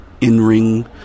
in-ring